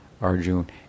arjun